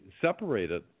separated